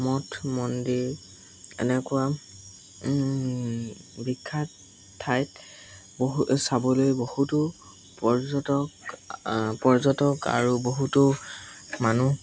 মঠ মন্দিৰ এনেকুৱা বিখ্যাত ঠাইত বহু চাবলৈ বহুতো পৰ্যটক পৰ্যটক আৰু বহুতো মানুহ